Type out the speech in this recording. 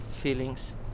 feelings